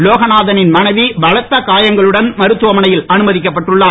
லோகநாதனின் மனைவி பலத்த காயங்களுடன் மருத்துவமனையில் அனுமதிக்கப்பட்டுள்ளார்